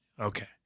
Okay